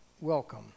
welcome